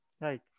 Right